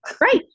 Right